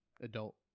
adult